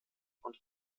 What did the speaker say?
und